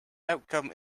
outcome